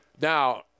Now